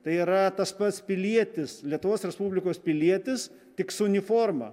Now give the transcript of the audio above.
tai yra tas pats pilietis lietuvos respublikos pilietis tik su uniforma